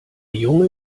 junge